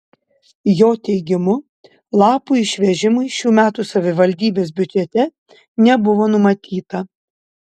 jo teigimu lapų išvežimui šių metų savivaldybės biudžete nebuvo numatyta